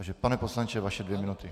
Takže pane poslanče, vaše dvě minuty.